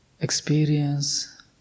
experience